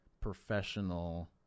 professional